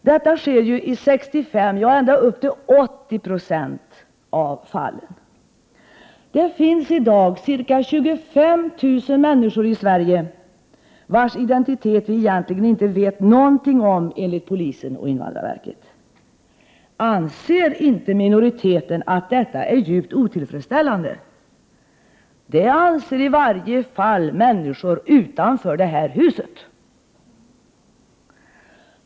Detta sker ju i 65, ja ända upp till 80 Io av fallen. Det finns i dag ca 25 000 människor i Sverige vars identitet vi egentligen inte vet någonting om, enligt polisen och invandrarverket. Anser inte minoriteten att detta är djupt otillfredsställande? Det anser i varje fall människor utanför det här huset.